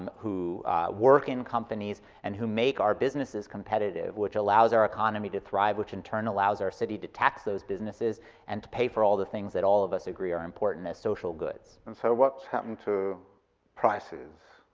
um who work in companies, and who make our businesses competitive, which allows our economy to thrive, which in turn allows our city to tax those businesses and to pay for all the things that all of us agree are important as social goods. and so what's happened to prices,